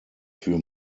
für